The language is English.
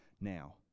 now